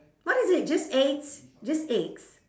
what is it just eggs just eggs